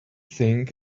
think